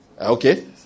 Okay